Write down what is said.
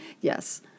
Yes